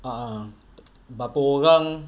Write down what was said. a'ah berapa orang